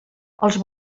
els